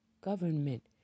government